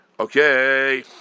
Okay